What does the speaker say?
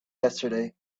yesterday